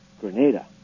Grenada